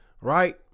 right